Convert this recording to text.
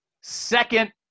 second